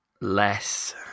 Less